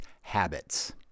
habits